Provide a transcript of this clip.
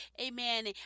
Amen